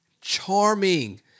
charming